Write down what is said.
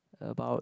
about